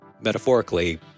metaphorically